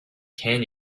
can